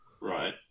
Right